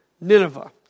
Nineveh